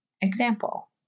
Example